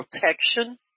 protection